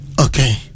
Okay